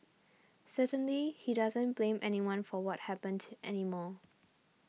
certainly he doesn't blame anyone for what happened to anymore